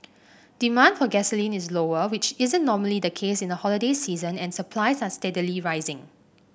demand for gasoline is lower which isn't normally the case in the holiday season and supplies are steadily rising